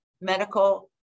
medical